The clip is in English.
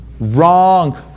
Wrong